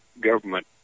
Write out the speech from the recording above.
government